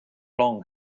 long